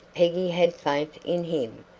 peggy had faith in him.